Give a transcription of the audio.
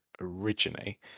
originally